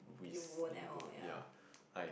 you won't at all ya